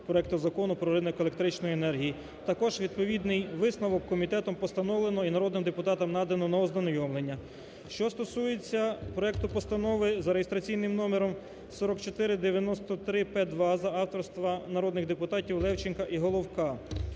проекту Закону про ринок електричної енергії. Також відповідний висновок комітетом постановлено і народним депутатам надано на ознайомлення. Що стосується проекту Постанови за реєстраційним номером 4493-П2 за авторства народних депутатів Левченка і Головка.